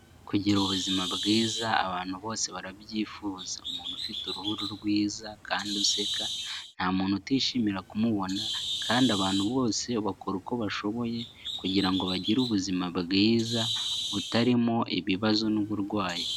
Kugira ubuzima bwiza, abantu bose barabyifuza, umuntu ufite uruhu rwiza kandi useka, nta muntu utishimira kumubona, kandi abantu bose bakora uko bashoboye kugira ngo bagire ubuzima bwiza, butarimo ibibazo n'uburwayi.